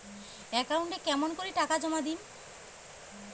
একাউন্টে কেমন করি টাকা জমা দিম?